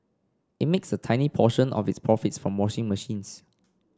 it makes a tiny proportion of its profits from washing machines